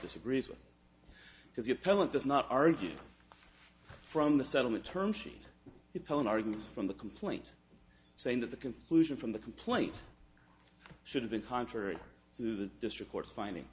disagrees with because your parent does not argue from the settlement term sheet impelling argues from the complaint saying that the conclusion from the complaint should have been contrary to the district court's finding